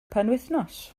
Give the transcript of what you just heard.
penwythnos